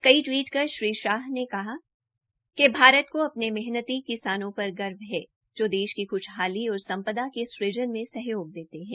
कई टवीट कर श्री शाहने कहा कि भारत को अपने मेहनती किसानों पर गर्व है जो देश की ख्शहाली और सम्पदा के सज़न में सहयोग देते है